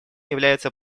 является